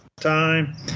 time